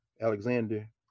Alexander